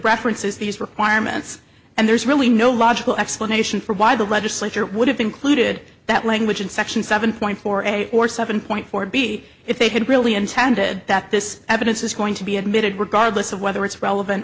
references these requirements and there's really no logical explanation for why the legislature would have included that language in section seven point four eight or seven point four b if they had really intended that this evidence is going to be admitted regardless of whether it's relevant